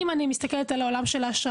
אם אני מסתכלת על העולם של האשראי,